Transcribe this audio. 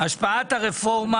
השפעת הרפורמה